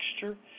texture